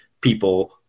people